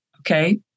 okay